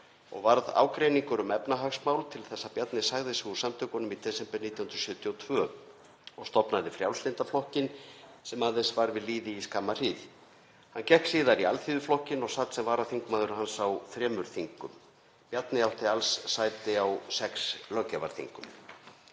og varð ágreiningur um efnahagsmál til þess að Bjarni sagði sig úr Samtökunum í desember 1972 og stofnaði Frjálslynda flokkinn sem aðeins var við lýði skamma hríð. Hann gekk síðar í Alþýðuflokkinn og sat sem varaþingmaður hans á þremur þingum. Bjarni átti alls sæti á sex löggjafarþingum.